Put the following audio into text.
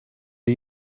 did